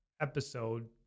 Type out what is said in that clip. episode